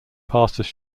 passes